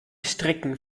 strecken